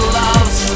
loves